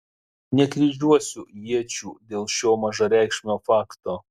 nekryžiuosiu iečių dėl šio mažareikšmio fakto